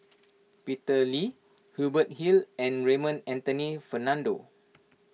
Peter Lee Hubert Hill and Raymond Anthony Fernando